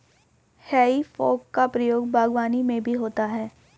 हेइ फोक का प्रयोग बागवानी में भी होता है